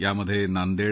यामध्ये नांदेड